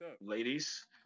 Ladies